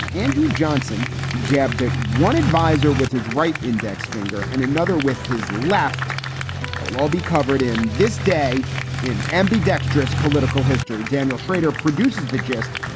andrew johnson jabbed at one adviser with his right index finger and another with his left. it'll all be covered in this day in ambidextrous political history. daniel shrader produces the gist.